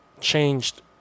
changed